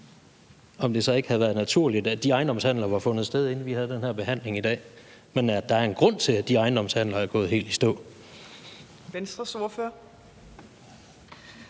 det så ikke være naturligt, at de ejendomshandler havde fundet sted, inden vi havde den her behandling i dag, og at der er en grund til, at de ejendomshandler er gået helt i stå? Kl. 15:44 Fjerde